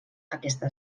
aquesta